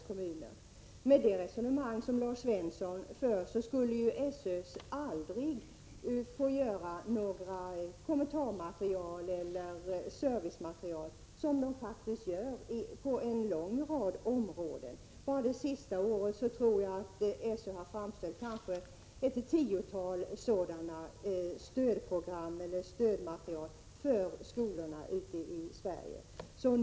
Enligt det resonemang som Lars Svensson för skulle SÖ aldrig få göra några kommentarmaterial eller servicematerial. SÖ framställer faktiskt sådant material på en lång rad områden. Bara under det senaste året har SÖ framställt ett tiotal sådana stödprogram för skolorna ute i Sverige.